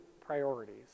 priorities